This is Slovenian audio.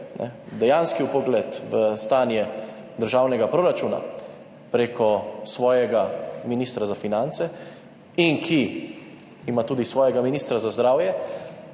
dejanski vpogled v stanje državnega proračuna preko svojega ministra za finance in ki imajo tudi svojega ministra za zdravje,